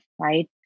right